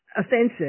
offensive